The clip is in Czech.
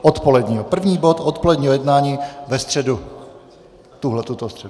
Odpoledního, první bod odpoledního jednání ve středu, tuto středu.